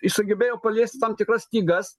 jis sugebėjo paliesti tam tikras stygas